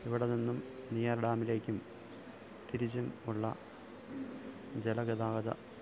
ഇവിടെനിന്നും നെയ്യാർ ഡാമിലേക്കും തിരിച്ചും ഉള്ള ജലഗതാഗത